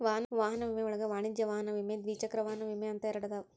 ವಾಹನ ವಿಮೆ ಒಳಗ ವಾಣಿಜ್ಯ ವಾಹನ ವಿಮೆ ದ್ವಿಚಕ್ರ ವಾಹನ ವಿಮೆ ಅಂತ ಎರಡದಾವ